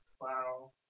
Wow